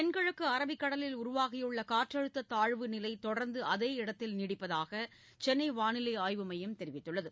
தென்கிழக்கு அரபிக் கடலில் உருவாகியுள்ள காற்றழுத்த தாழ்வு நிலை தொடர்ந்து அதே இடத்தில் நீடிப்பதாக சென்னை வானிலை ஆய்வு மையம் தெரிவித்துள்ளது